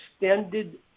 extended